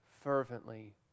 fervently